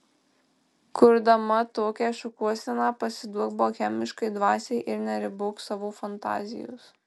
kurdama tokią šukuoseną pasiduok bohemiškai dvasiai ir neribok savo fantazijos